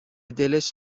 دلش